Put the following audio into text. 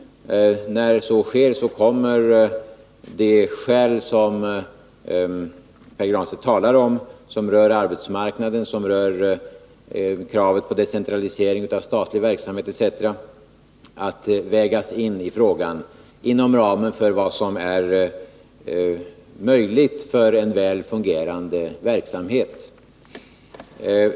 När så sker kommer även de skäl som Pär Granstedt talar om — de som rör arbetsmarknaden, kravet på decentralisering av statlig verksamhet, etc. — att vägas in inom ramen för vad som är möjligt för en väl fungerande verksamhet.